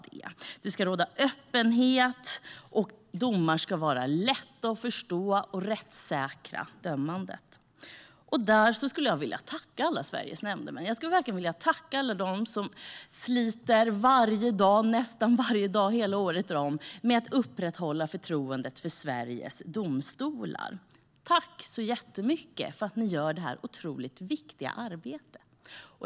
Det ska råda öppenhet, domar ska vara lätta att förstå och dömandet ska vara rättssäkert. Jag skulle vilja tacka alla Sveriges nämndemän. Jag skulle vilja tacka alla dem som sliter nästan varje dag året om med att upprätthålla förtroendet för Sveriges domstolar. Tack så jättemycket för att ni gör detta otroligt viktiga arbete!